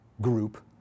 group